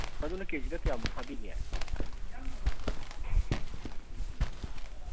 ꯃꯗꯨꯅ ꯀꯦ ꯖꯤꯗ ꯀꯌꯥꯃꯨꯛ ꯊꯥꯕꯤꯒꯦ